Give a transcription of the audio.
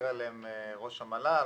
עליהן דיבר ראש המל"ל